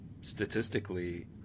statistically